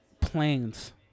planes